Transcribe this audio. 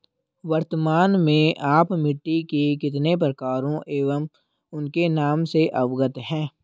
वर्तमान में आप मिट्टी के कितने प्रकारों एवं उनके नाम से अवगत हैं?